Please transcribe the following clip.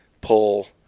pull